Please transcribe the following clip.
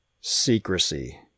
Secrecy